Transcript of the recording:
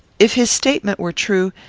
if his statement were true,